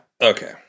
Okay